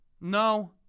No